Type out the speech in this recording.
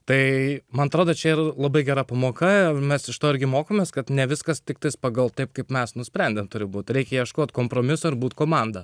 tai man atrodo čia yra labai gera pamoka ir mes iš to irgi mokomės kad ne viskas tiktais pagal taip kaip mes nusprendėme turi būti reikia ieškoti kompromiso ir būti komanda